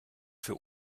für